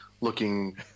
looking